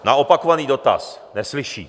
Na opakovaný dotaz neslyší.